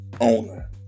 owner